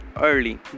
early